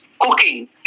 cooking